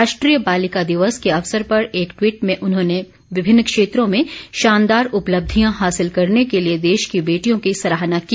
राष्ट्रीय बालिका दिवस के अवसर पर एक ट्वीट में उन्होंने विभिन्न क्षेत्रों में शानदार उपलब्धियां हासिल करने के लिए देश की बेटियों की सराहना की